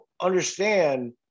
understand